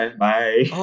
bye